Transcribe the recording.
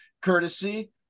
courtesy